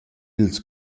ils